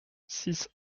six